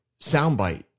soundbite